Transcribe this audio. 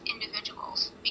individuals